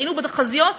טעינו בתחזיות,